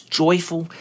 joyful